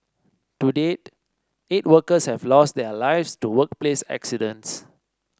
to date eight workers have lost their lives to workplace accidents